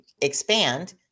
expand